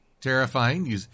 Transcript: terrifying